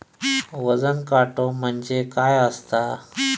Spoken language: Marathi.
वजन काटो म्हणजे काय असता?